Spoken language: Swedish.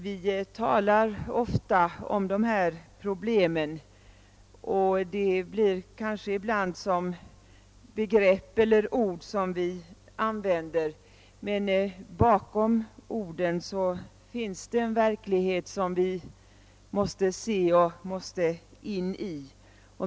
Vi talar ofta om dessa problem, använder ord, men bakom orden finns en verklighet, som vi måste sätta oss in i.